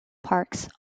parks